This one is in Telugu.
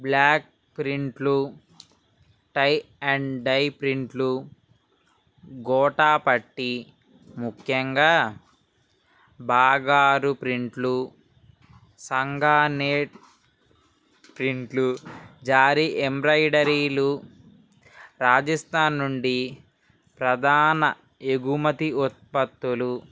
బ్లాక్ ప్రింట్లు టై అండ్ డై ప్రింట్లు గోటాపట్టి ముఖ్యంగా బాగారు ప్రింట్లు సంగానేర్ ప్రింట్లు జరీ ఎంబ్రాయిడరీలు రాజస్థాన్ నుండి ప్రధాన ఎగుమతి ఉత్పత్తులు